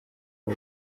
w’u